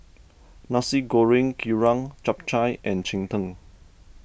Nasi Goreng Kerang Chap Chai and Cheng Tng